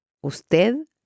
Usted